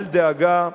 אל דאגה,